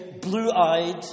blue-eyed